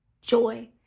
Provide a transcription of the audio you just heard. joy